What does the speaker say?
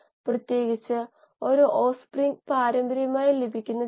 ഈ മൊഡ്യൂളിന്റെ ശീർഷകം ഒരു ബയോ റിയാക്ടറിന്റെ കോശ കാഴ്ചയാണ്